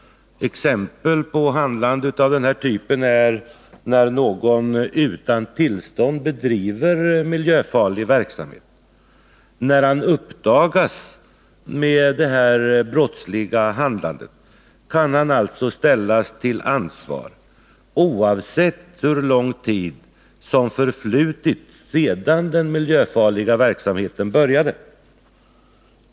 Exempel på handlande av den typen är när någon utan tillstånd bedriver miljöfarlig verksamhet. När detta brottsliga handlande uppdagas kan han alltså ställas till ansvar, oavsett hur lång tid som förflutit sedan den miljöfarliga verksamheten började.